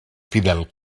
fidel